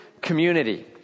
Community